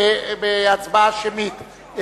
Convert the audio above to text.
בהצבעה שמית.